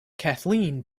kathleen